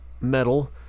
metal